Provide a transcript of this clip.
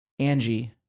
Angie